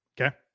okay